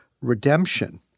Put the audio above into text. redemption